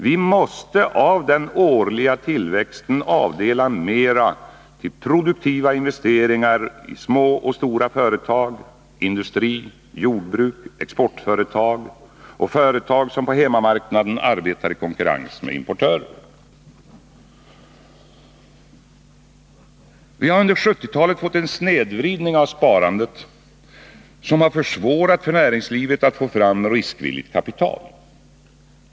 Vi måste av den årliga tillväxten avdela mera till produktiva investeringar i små och stora företag, industri och jordbruk, exportföretag och företag på hemmamarknaden som arbetar i konkurrens med importörer. Vi har under 1970-talet fått en snedvridning av sparandet, som har försvårat för näringslivet att få fram riskvilligt kapital.